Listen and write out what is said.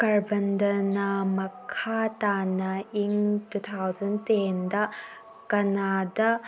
ꯀꯔꯕꯟꯗꯅꯥ ꯃꯈꯥ ꯇꯥꯅ in two thousand ꯇꯦꯟꯗ ꯀꯅꯥꯗꯥ